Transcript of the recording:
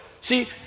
See